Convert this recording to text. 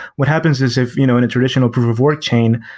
what happens is if you know in a traditional proof of work chain,